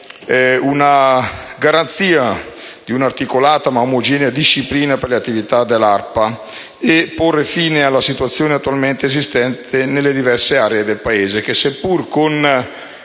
per garantire un'articolata, ma omogenea disciplina per le attività dell'ARPA, ponendo fine alla situazione attualmente esistente nelle diverse aree del Paese, le quali, seppur con